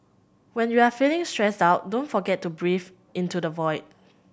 when you are feeling stressed out don't forget to breathe into the void